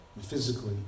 physically